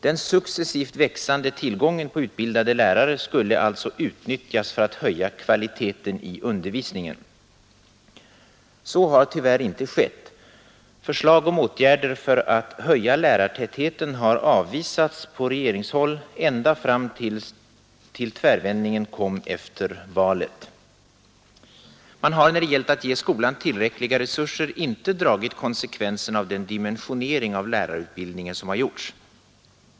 Den successivt växande tillgången på utbildade lärare skulle alltså utnyttjas för att höja kvaliteten i undervisningen. Så har tyvärr inte skett. Förslag om åtgärder för att höja lärarkvaliteten har avvisats på regeringshåll ända fram till tvärvändningen efter valet. Man har när det gällt att ge skolan tillräckliga resurser inte dragit konsekvenserna av den dimensionering av lärarutbildningen som gjorts.